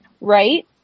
Right